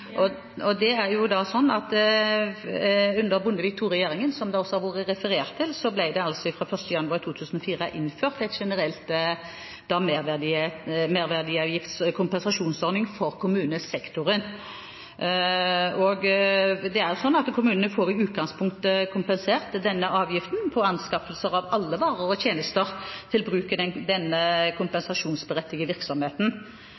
Under Bondevik II-regjeringen, som det også har vært referert til, ble det fra 1. januar 2004 innført en generell merverdiavgiftskompensasjonsordning for kommunesektoren. I utgangspunktet får kommunene kompensert denne avgiften på anskaffelser av alle varer og tjenester til bruk i den kompensasjonsberettigede virksomheten.